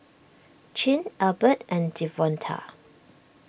Chin Albert and Devonta